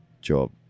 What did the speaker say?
job